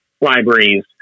libraries